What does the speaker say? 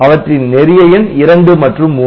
அவற்றின் நெறிய எண் 2 மற்றும் 3